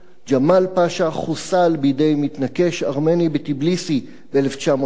ג'מאל פשה, חוסל בידי מתנקש ארמני בטבליסי ב-1922.